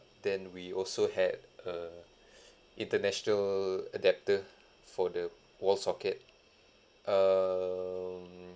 then we also had a international adaptor for the wall socket um